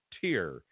tier